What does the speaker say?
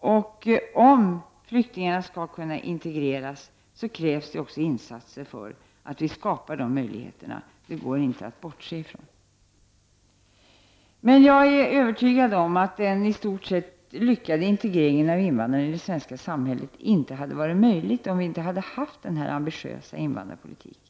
som andra. Om flyktingarna skall kunna integreras i samhällets krävs det också insatser för öjligheter skapas. Det går inte att bortse från detta. Men jag är övertygad om att den i stort sett lyckade integreringen av invandrare i det svenska samhället inte hade varit möjlig om vi inte hade haft denna ambitiösa invandrarpolitik.